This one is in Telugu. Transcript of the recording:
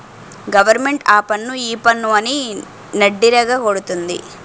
గవరమెంటు ఆపన్ను ఈపన్ను అని నడ్డిరగ గొడతంది